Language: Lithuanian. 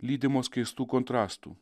lydimos keistų kontrastų